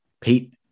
Pete